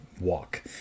walk